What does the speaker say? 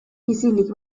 isilik